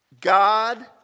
God